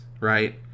right